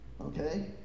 okay